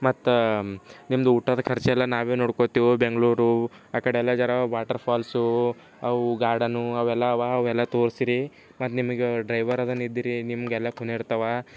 ಮತ್ತೆ ನಿಮ್ದು ಊಟದ ಖರ್ಚು ಎಲ್ಲ ನಾವೇ ನೋಡ್ಕೊತೇವೆ ಬೆಂಗಳೂರು ಆಕಡೆಯೆಲ್ಲ ಜರ ವಾಟರ್ ಫಾಲ್ಸು ಅವು ಗಾರ್ಡನು ಅವೆಲ್ಲ ಅವಾ ಎಲ್ಲ ತೋರ್ಸಿರೀ ಮತ್ತೆ ನಿಮಗೆ ಡ್ರೈವರವನಿದ್ದೀರಿ ನಿಮಗೆಲ್ಲ ಕುನೇರ್ತವ